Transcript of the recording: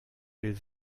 will